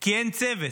כי אין צוות,